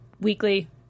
Weekly